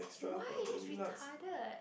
why that's retarded